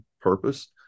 purpose